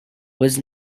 was